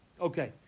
Okay